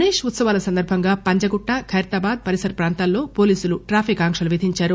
గణేశ్ ఉత్పవాల సందర్భంగా పంజాగుట్ట ఖైరతాబాద్ పరిసర ప్రాంతాల్లో పోలీసులు ట్రాఫిక్ ఆంక్షలు విధించారు